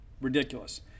ridiculous